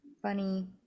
funny